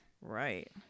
right